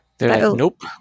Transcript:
nope